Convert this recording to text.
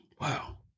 Wow